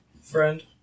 friend